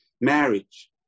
marriage